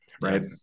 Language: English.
Right